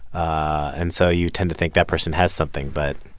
and so you tend to think that person has something, but